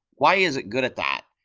why is it good at that?